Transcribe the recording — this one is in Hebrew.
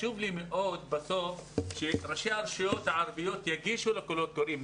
חשוב לי מאוד שראשי הרשויות הערביות יגישו לקולות הקוראים.